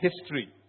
history